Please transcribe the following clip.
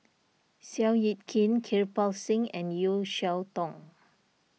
Seow Yit Kin Kirpal Singh and Yeo Cheow Tong